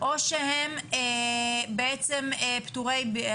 אנחנו מתנהלים לפי התקנות ולפי תוקפן של התקנות.